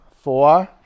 Four